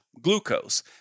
glucose